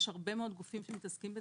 יש הרבה מאוד גופים שמתעסקים,